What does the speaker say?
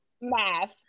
math